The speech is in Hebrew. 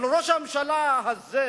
אבל ראש הממשלה הזה,